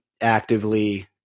actively